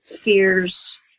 fears